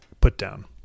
put-down